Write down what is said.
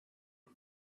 and